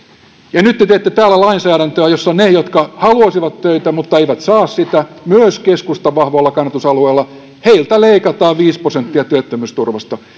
ja nyt te te teette täällä lainsäädäntöä jossa heiltä jotka haluaisivat töitä mutta eivät saa myös keskustan vahvoilla kannatusalueilla leikataan viisi prosenttia työttömyysturvasta